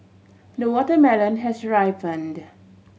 the watermelon has ripened